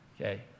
okay